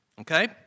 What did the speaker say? okay